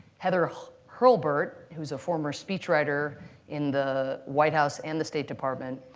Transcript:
heather hurlburt, who is a former speechwriter in the white house and the state department,